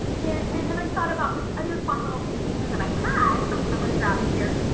and then i thought about this other fun little container that i had. um i'm gonna grab it. here.